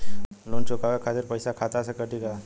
Loan चुकावे खातिर पईसा खाता से कटी का?